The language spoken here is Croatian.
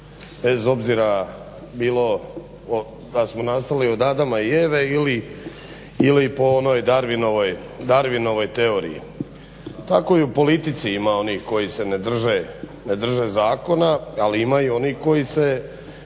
bez obzira bilo da smo nastali od Adama i Eve ili po onoj Darwinovoj teoriji. Tako i u politici ima onih koji se ne drže zakona, ali ima i onih koji se